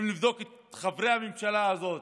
אם נבדוק את חברי הממשלה הזאת